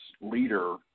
leader